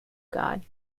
god